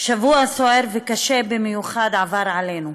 שבוע סוער וקשה במיוחד עבר עלינו,